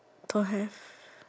don't have